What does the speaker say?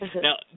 Now